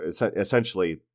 Essentially